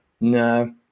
No